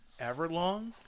Everlong